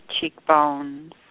cheekbones